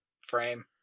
frame